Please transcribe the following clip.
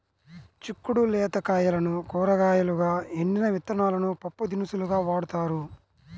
చిక్కుడు లేత కాయలను కూరగాయలుగా, ఎండిన విత్తనాలను పప్పుదినుసులుగా వాడతారు